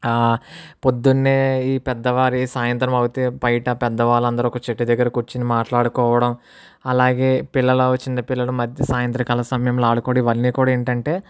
పొద్దునే ఈ పెద్దవారు సాయంత్రం అయితే బయట పెద్దవాళ్ళు అందరు ఒక చెట్టు దగ్గర కూర్చుని మాట్లాడుకోవడం అలాగే పిలల్ల పిల్లలు సాయంత్ర కాల సమయంలో ఆడుకోవడం ఇవన్నీ కూడా ఏంటంటే